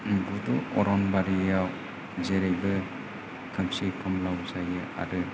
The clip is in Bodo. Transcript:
गुदु अरनबारियाव जेरैबो खोमसि खोमलाव जायो आरो